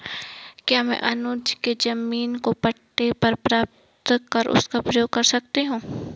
क्या मैं अनुज के जमीन को पट्टे पर प्राप्त कर उसका प्रयोग कर सकती हूं?